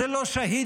זה לא שהידים,